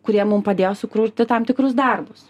kurie mum padėjo sukurti tam tikrus darbus